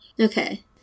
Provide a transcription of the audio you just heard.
Okay